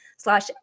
slash